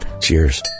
Cheers